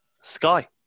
Sky